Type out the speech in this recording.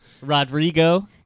rodrigo